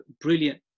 brilliant